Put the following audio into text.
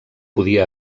podia